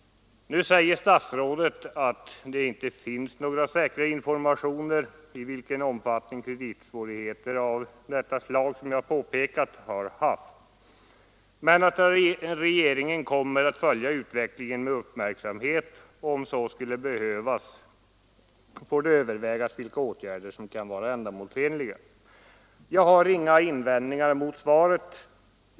Nu säger statsrådet att det inte finns några säkra informationer om i vilken omfattning kreditsvårigheter av det slag jag har talat om har förekommit, men att regeringen kommer att följa utvecklingen med uppmärksamhet. Och om så skulle behövas får det övervägas vilka åtgärder som kan vara ändamålsenliga. Jag har inga invändningar mot svaret.